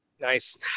nice